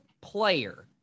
player